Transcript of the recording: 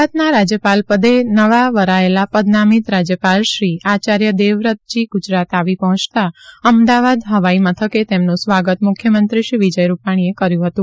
ગુજરાતના રાજ્યપાલ પદે નવા વરાયેલા પદનામિત રાજ્યપાલ શ્રી આચાર્ય દેવવ્રતજી ગુજરાત આવી પહોંચતા અમદાવાદ હવાઈ મથકે તેમનું સ્વાગત મુખ્યમંત્રી શ્રી વિજય રૂપાણીએ કર્યું હતું